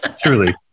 Truly